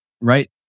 right